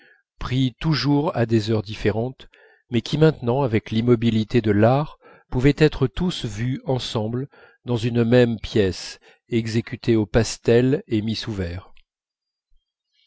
pris toujours à des heures différentes mais qui maintenant avec l'immobilité de l'art pouvaient être tous vus ensemble dans une même pièce exécutés au pastel et mis